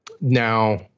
Now